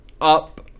up